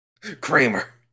Kramer